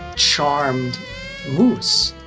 charmed moose.